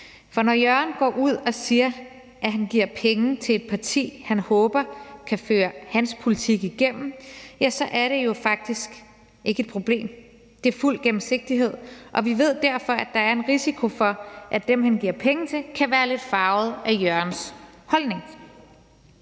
for når Jørgen Steffensen går ud og siger, at han giver penge til det parti, som han håber kan føre hans politik igennem, så er det jo faktisk ikke et problem; det er fuld gennemsigtighed. Og vi ved derfor, at der er en risiko for, at dem, han giver penge til, kan være lidt farvet af hans holdning